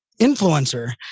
influencer